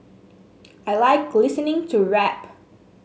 I like listening to rap